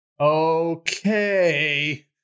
Okay